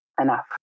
enough